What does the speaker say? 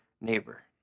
neighbor